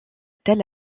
tels